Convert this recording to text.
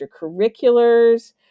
extracurriculars